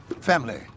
Family